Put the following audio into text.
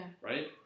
right